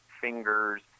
fingers